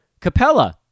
Capella